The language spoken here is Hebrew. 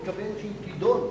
מתכוון שהיא תידון,